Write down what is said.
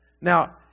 now